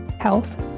Health